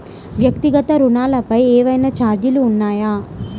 వ్యక్తిగత ఋణాలపై ఏవైనా ఛార్జీలు ఉన్నాయా?